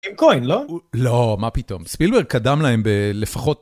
האחים כהן, לא? לא מה פתאום ספילברג קדם להם בלפחות.